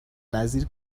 نظیر